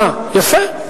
יפה.